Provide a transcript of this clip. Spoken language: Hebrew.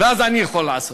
אז אני יכול לעשות.